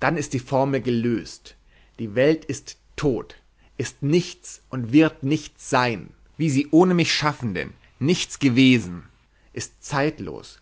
dann ist die formel gelöst die welt ist tot ist nichts und wird nichts sein wie sie ohne mich schaffenden nichts gewesen ist zeitlos